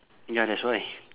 ya that's why